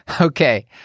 Okay